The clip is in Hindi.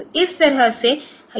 तो इस तरह से यह आम तौर पर काम करेगा